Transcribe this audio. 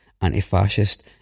anti-fascist